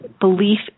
belief